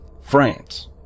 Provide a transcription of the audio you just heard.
France